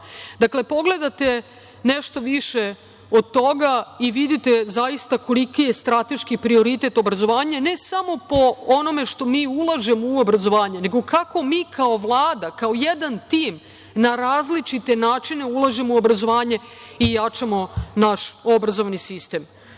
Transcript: pogledate nešto više od toga i vidite zaista koliki je strateški prioritet obrazovanja, ne samo po onom što mi ulažemo u obrazovanje, nego kako mi kao Vlada, kao jedan tim na različite načine ulažemo u obrazovanje i jačamo naš obrazovni sistem. Na